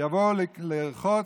יבואו לרחוץ,